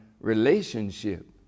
relationship